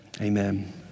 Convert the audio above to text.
amen